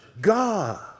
God